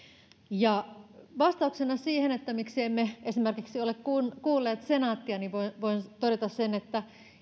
vastauksena siihen miksi emme esimerkiksi ole kuulleet senaattia niin voin todeta sen että